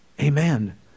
Amen